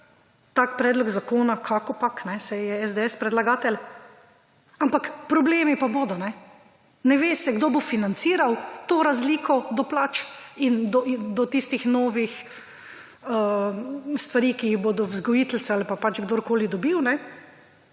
tak predlog zakona kakopak, saj je SDS predlagatelj, ampak problemi pa bodo. Ne ve se kdo bo financiral to razliko do plač in do tistih novih stvari, ki jih bodo vzgojiteljica ali pa kdorkoli dobil,